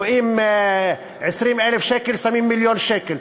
רואים 20,000 שקלים, שמים מיליון שקלים.